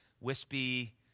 wispy